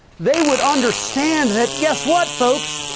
they would understand that. guess what folks?